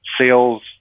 sales